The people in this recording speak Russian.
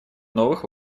новых